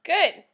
Good